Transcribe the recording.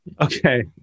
Okay